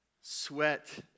Sweat